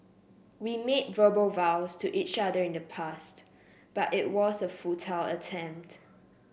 we made verbal vows to each other in the past but it was a futile attempt